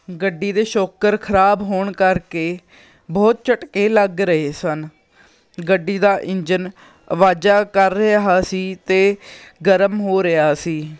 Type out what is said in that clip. ਗੱਡੀ ਦੇ ਸ਼ੋਕਰ ਖ਼ਰਾਬ ਹੋਣ ਕਰਕੇ ਬਹੁਤ ਝਟਕੇ ਲੱਗ ਰਹੇ ਸਨ ਗੱਡੀ ਦਾ ਇੰਜਨ ਆਵਾਜ਼ਾਂ ਕਰ ਰਿਹਾ ਸੀ ਅਤੇ ਗਰਮ ਹੋ ਰਿਹਾ ਸੀ